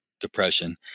depression